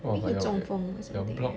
maybe he 中风 or something leh